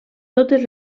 totes